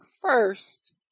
first